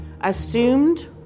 assumed